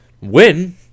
win